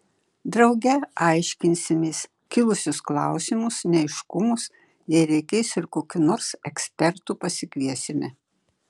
drauge aiškinsimės kilusius klausimus neaiškumus jei reikės ir kokių nors ekspertų pasikviesime